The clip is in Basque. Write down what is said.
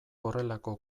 horrelako